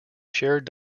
shared